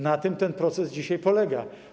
Na tym ten proces dzisiaj polega.